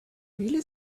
really